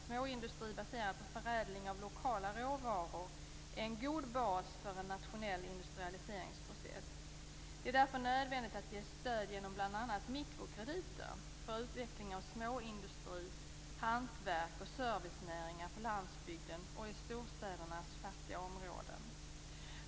Småindustri baserad på förädling av lokala råvaror är en god bas för en nationell industrialiseringsprocess. Det är därför nödvändigt att ge stöd genom bl.a. mikrokrediter för utveckling av småindustri, hantverk och servicenäringar på landsbygden och i storstädernas fattiga områden.